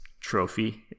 trophy